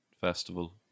festival